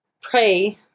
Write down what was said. pray